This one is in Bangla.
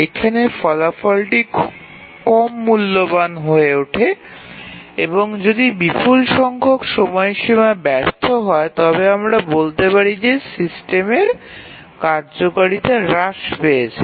এখানে ফলাফলটি কম মূল্যবান হয়ে ওঠে এবং যদি বিপুল সংখ্যক সময়সীমা ব্যর্থ হয় তবে আমরা বলতে পারি যে সিস্টেমের কার্যকারিতা হ্রাস পেয়েছে